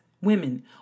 women